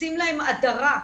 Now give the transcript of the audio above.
עושים להם הדרה.